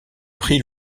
pris